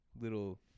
little